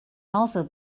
also